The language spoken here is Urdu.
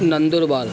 نندربار